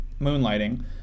moonlighting